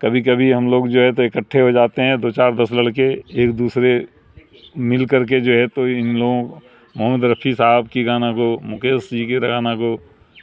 کبھی کبھی ہم لوگ جو ہے تو اکٹھے ہو جاتے ہیں دو چار دس لڑکے ایک دوسرے مل کر کے جو ہے تو ان لوگوں محمد رفیع صاحب کی گانا کو مکیش جی کے گانا کو